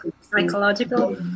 psychological